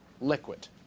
liquid